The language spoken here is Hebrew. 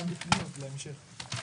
גם בפניות להמשך.